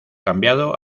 cambiado